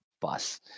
bus